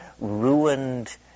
ruined